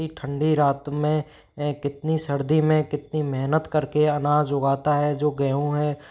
कितनी ठंडी रात में कितनी सर्दी में कितनी मेहनत कर के अनाज उगाता है जो गेहूं है